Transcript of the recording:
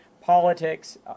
politics